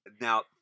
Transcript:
Now